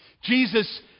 Jesus